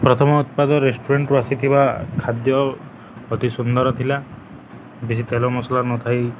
ପ୍ରଥମ ଉତ୍ପାଦ ରେଷ୍ଟୁରାଣ୍ଟରୁୁ ଆସିଥିବା ଖାଦ୍ୟ ଅତି ସୁନ୍ଦର ଥିଲା ବେଶୀ ତେଲ ମସଲା ନଥାଇ